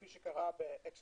כפי שקרה בלואיזיאנה